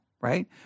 right